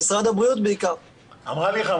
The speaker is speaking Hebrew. בשנת 2018. כל